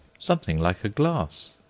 something like a glass,